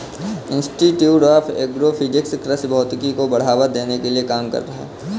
institute of agro physics कृषि भौतिकी को बढ़ावा देने के लिए काम कर रहा है